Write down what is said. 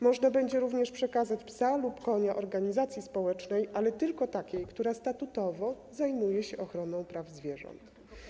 Można będzie również przekazać psa lub konia organizacji społecznej, ale tylko takiej, która statutowo zajmuje się ochroną praw zwierząt.